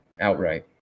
outright